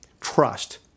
trust